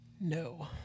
no